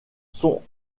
sont